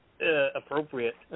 appropriate